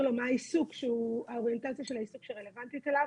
לו מה העסיקו שהאוריינטציה של העיסוק שרלוונטית אליו.